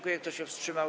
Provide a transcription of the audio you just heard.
Kto się wstrzymał?